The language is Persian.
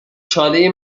چاله